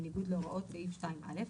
בניגוד להוראות סעיף 2(א).